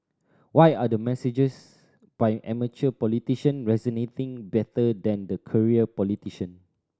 why are the messages by amateur politician resonating better than the career politician